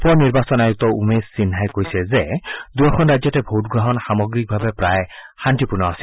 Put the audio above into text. উপ নিৰ্বাচন আয়ুক্ত উমেশ সিনহাই কৈছে যে দুয়োখন ৰাজ্যতে ভোটগ্ৰহণ সামগ্ৰিকভাৱে প্ৰায় শান্তিপূৰ্ণ আছিল